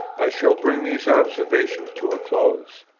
i shall bring these observations to a close.